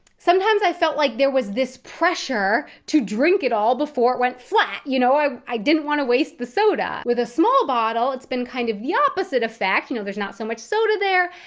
sometimes i felt like there was this pressure to drink it all before it went flat. you know, i i didn't want to waste the soda. with a small bottle, it's been kind of the opposite effect. you know, there's not so much soda there,